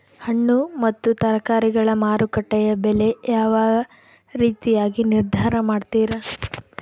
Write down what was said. ಹಣ್ಣು ಮತ್ತು ತರಕಾರಿಗಳ ಮಾರುಕಟ್ಟೆಯ ಬೆಲೆ ಯಾವ ರೇತಿಯಾಗಿ ನಿರ್ಧಾರ ಮಾಡ್ತಿರಾ?